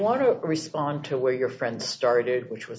want to respond to where your friend started which was